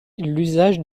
l’usage